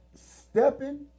stepping